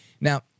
Now